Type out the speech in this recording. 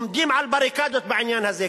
עומדים על בריקדות בעניין הזה,